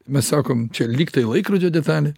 mes sakom čia lyg tai laikrodžio detalė